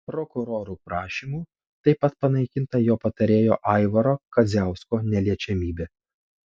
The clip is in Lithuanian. prokurorų prašymu taip pat panaikinta jo patarėjo aivaro kadziausko neliečiamybė